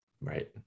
Right